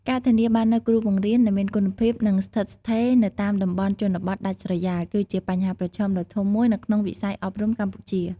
ការធានាបាននូវគ្រូបង្រៀនដែលមានគុណភាព និងស្ថិតស្ថេរនៅតាមតំបន់ជនបទដាច់ស្រយាល គឺជាបញ្ហាប្រឈមដ៏ធំមួយនៅក្នុងវិស័យអប់រំកម្ពុជា។